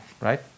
right